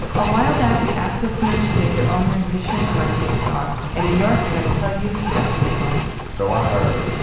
a while back, we asked listeners to make their own rendition of our theme song and new york, i gotta tell you, we got some great ones so i heard.